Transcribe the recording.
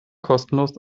kostenlos